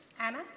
Anna